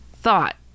thought